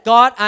God